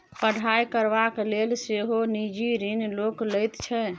पढ़ाई करबाक लेल सेहो निजी ऋण लोक लैत छै